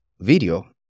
video